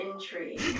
intrigue